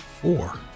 four